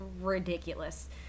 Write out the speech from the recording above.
ridiculous